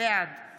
בעד